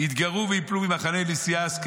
ויתגרו ויפלו ממחנה